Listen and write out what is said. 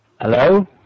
Hello